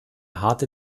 harte